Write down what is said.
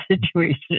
situation